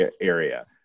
area